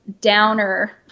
downer